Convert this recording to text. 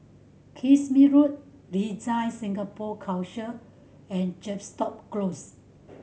Kismis Road DesignSingapore Council and Chepstow Close